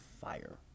fire